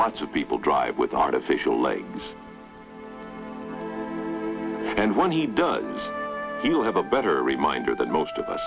lots of people drive with artificial legs and when he does you'll have a better reminder that most of us